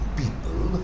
people